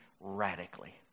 radically